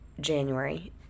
January